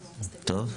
טוב.